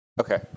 Okay